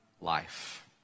life